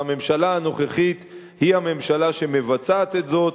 והממשלה הנוכחית היא הממשלה שמבצעת את זאת.